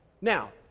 Now